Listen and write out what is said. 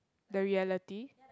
the reality